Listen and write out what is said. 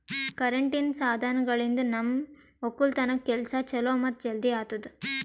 ಕರೆಂಟಿನ್ ಸಾಧನಗಳಿಂದ್ ನಮ್ ಒಕ್ಕಲತನ್ ಕೆಲಸಾ ಛಲೋ ಮತ್ತ ಜಲ್ದಿ ಆತುದಾ